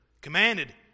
commanded